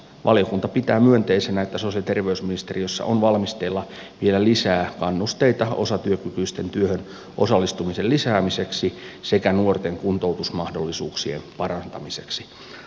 valiokunta pitää myönteisenä että sosiaali ja terveysministeriössä on valmisteilla vielä lisää kannusteita osatyökykyisten työhön osallistumisen lisäämiseksi sekä nuorten kuntoutusmahdollisuuksien parantamiseksi